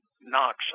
knocks